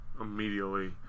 immediately